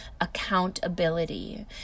accountability